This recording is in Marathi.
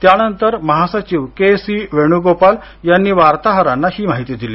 त्यानंतर महासचिव के सी वेणुगोपाल यांनी वार्ताहरांना ही माहिती दिली